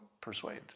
persuade